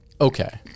Okay